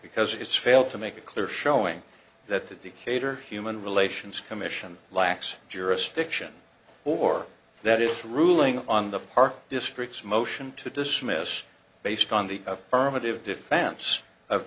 because it's failed to make a clear showing that the hater human relations commission lacks jurisdiction or that is ruling on the part district's motion to dismiss based on the affirmative defense of